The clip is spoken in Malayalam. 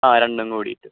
ആ രണ്ടും കൂടിയിട്ട്